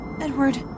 Edward